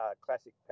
classic